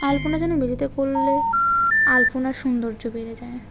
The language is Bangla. আলপনা যেন মেঝেতে করলে আলপনার সৌন্দর্য বেড়ে যায়